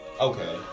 Okay